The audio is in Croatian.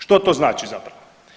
Što to znači zapravo?